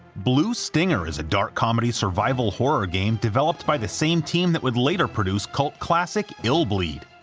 blue stinger is a dark comedy survival horror game developed by the same team that would later produce cult classic illbleed.